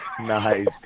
Nice